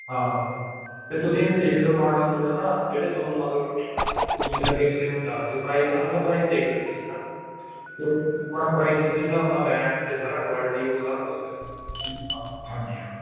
ਹਾਂ ਅਤੇ ਤੁਸੀਂ ਦੇਖ ਲਿਓ ਮਾਡਲ ਮੁਡਲ ਨਾ ਜਿਹੜੇ ਤੁਹਾਨੂੰ ਮਤਲਬ ਠੀਕ ਲੱਗੇ ਤੁਸੀਂ ਮੈਨੂੰ ਦੱਸ ਦਿਓ ਪ੍ਰਾਈਜ ਅਸਲ ਤਾਂ ਪ੍ਰਾਈਜ ਦੇਖ ਲਿਓ ਜੀ ਤੁਸੀਂ ਨਾ ਕਿਉਂਕਿ ਜਿਹੜਾ ਆਪਣਾ ਪ੍ਰਾਈਜ ਉਹਦੇ ਹਿਸਾਬ ਨਾਲ ਰੈਮ ਅਤੇ ਸਾਰਾ ਕੁਆਲਿਟੀ ਉਹ ਸਾਰਾ ਕੁਛ ਹੁੰਦਾ ਹਾਂਜੀ ਹਾਂ